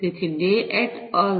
તેથી ડે એટ અલ